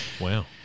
Wow